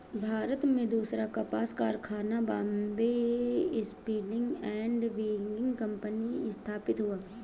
भारत में दूसरा कपास कारखाना Bombay spinning and weaving company स्थापित हुआ